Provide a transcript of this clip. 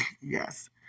yes